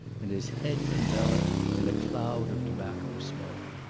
and his head enveloped in a cloud of tobacco smoke.